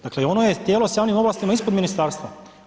Dakle i ono je tijelo s javnim ovlastima ispod ministarstva.